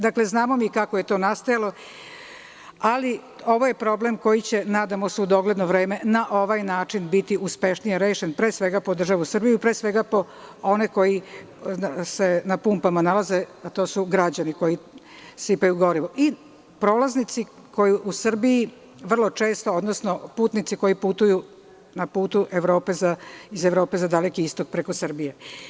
Dakle, znamo kako je to nastajalo, ali ovo je problem koji će, nadam se, u dogledno vreme na ovaj način biti uspešnije rešen, pre svega, po državu Srbiju, po one koji se na pumpama nalaze, a to su građani koji sipaju gorivo i prolaznici koji u Srbiji vrlo često, putnici koji putuju na putu iz Evrope ka Dalekom Istoku preko Srbije.